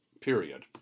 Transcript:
period